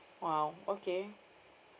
!wow! okay